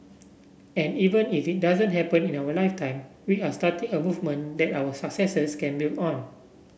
and even if it doesn't happen in our lifetime we are starting a movement that our successors can build on